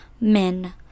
men